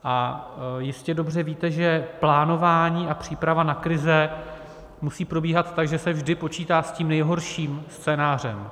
A jistě dobře víte, že plánování a příprava na krize musí probíhat tak, že se vždy počítá s tím nejhorším scénářem.